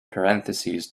parentheses